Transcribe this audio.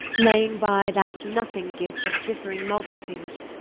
laying by that nothing-gift of differing multitudes,